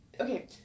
okay